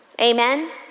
amen